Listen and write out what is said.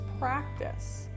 practice